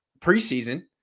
preseason